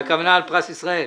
הכוונה על פרס ישראל?